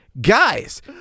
guys